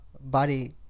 body